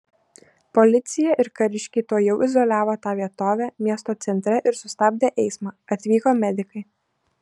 policija ir kariškiai tuojau izoliavo tą vietovę miesto centre ir sustabdė eismą atvyko medikai